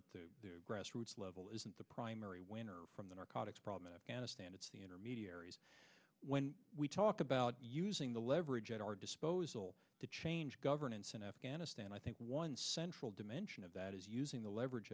at the grassroots level isn't the primary winner from the narcotics problem in afghanistan it's the intermediaries when we talk about using the leverage at our disposal to change governance in afghanistan i think one central dimension of that is using